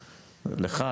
לך,